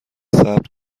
ثبت